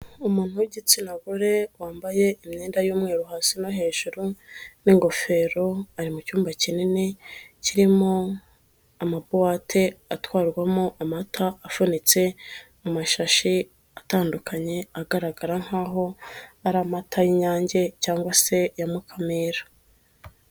Umuntu w'igitsina gore wambaye imyenda y'umweru hasi no hejuru n'ingofero, ari mu cyumba kinini kirimo amabuwate atwarwamo amata afunitse mu mashashi atandukanye, agaragara nk'aho ari amata y'Inyange cyangwa se aya mukamira.